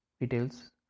details